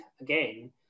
again